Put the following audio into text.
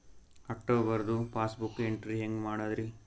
ಅಕ್ಟೋಬರ್ದು passbook entry ಹೆಂಗ್ ಮಾಡದ್ರಿ?